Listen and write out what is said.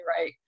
right